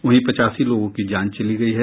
वहीं पचासी लोगों की जान चली गयी है